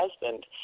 husband